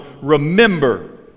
remember